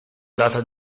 data